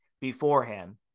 beforehand